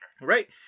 right